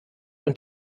und